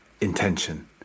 intention